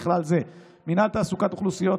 ובכלל זה מינהל תעסוקת אוכלוסיות,